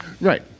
Right